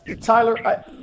Tyler